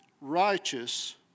righteous